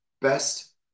best